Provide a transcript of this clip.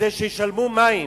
כדי שישלמו מים.